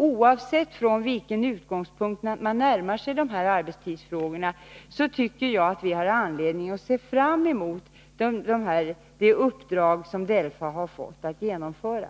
Oavsett från vilken utgångspunkt man närmar sig arbetstidsfrågorna tycker jag att vi har anledning att se fram mot resultatet av det uppdrag DELFA har fått att genomföra.